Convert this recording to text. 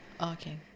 Okay